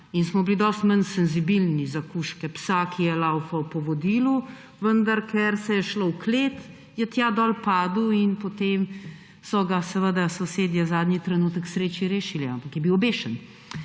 in smo bili dosti manj senzibilni za kužke, psa, ki je tekal po vodilu, vendar ker se je šlo v klet, je tja dol padel in potem so ga sosedje zadnji trenutek k sreči rešili, ampak je bil obešen.